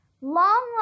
Long